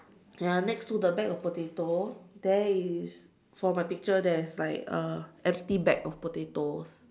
ya next to the back of potato there is for my picture there's like uh empty bag of potato